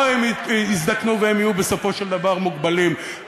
או שהם יזדקנו ויהיו בסופו של דבר מוגבלים.